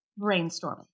brainstorming